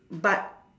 but